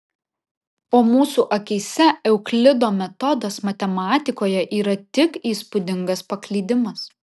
o mūsų akyse euklido metodas matematikoje yra tik įspūdingas paklydimas